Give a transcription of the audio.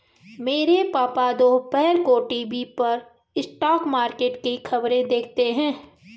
मेरे पापा दोपहर को टीवी पर स्टॉक मार्केट की खबरें देखते हैं